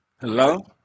Hello